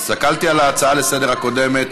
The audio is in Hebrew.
הסתכלתי על ההצעה לסדר-היום הקודמת.